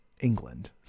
England